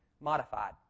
modified